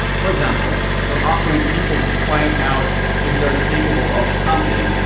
for example, you are offering people to find out if they are capable of something,